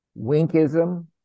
Winkism